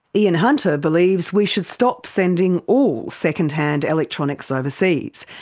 ian hunter believes we should stop sending all second hand electronic so overseas,